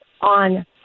on